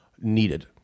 needed